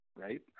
right